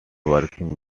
working